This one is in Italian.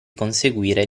conseguire